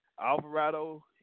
Alvarado